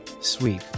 sweep